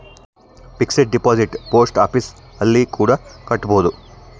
fixed deposit post office ಅಲ್ಲಿ ಕೂಡ ಕಟ್ಬೋದು